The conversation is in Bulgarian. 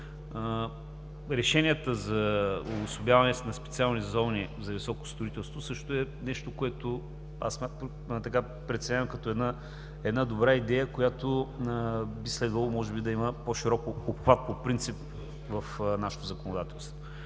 Решенията за обособяване на специални зони за високо строителство също е нещо, което преценявам като добра идея, която би следвало да има по-широк обхват по принцип в нашето законодателство.